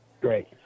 Great